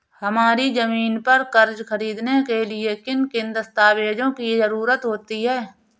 हमारी ज़मीन पर कर्ज ख़रीदने के लिए किन किन दस्तावेजों की जरूरत होती है?